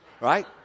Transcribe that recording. right